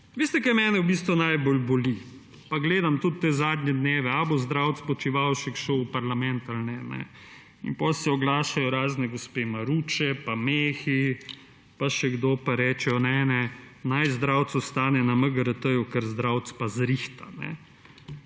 veste, kaj mene v bistvu najbolj boli, pa gledam tudi te zadnje dneve? Ali bo Zdravc Počivalšek šel v parlament ali ne. In potem se oglašajo razne gospe maruče pa mehi pa še kdo pa rečejo: »Ne, ne, naj Zdravc ostane na MGRT, ker Zdravc pa zrihta.«